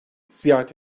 ziyaret